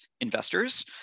investors